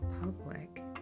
public